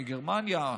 מגרמניה,